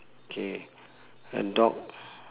K the dog